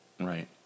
Right